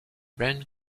run